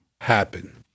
happen